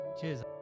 Cheers